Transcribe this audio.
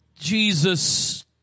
Jesus